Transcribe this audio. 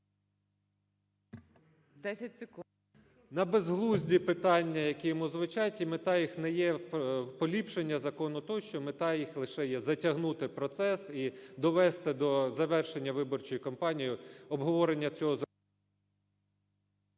…на безглузді питання, які йому звучать. І мета їх не є в поліпшенні закону тощо, мета їх лише є затягнути процес і довести до завершення виборчої кампанії обговорення цього...